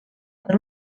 per